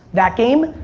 that game,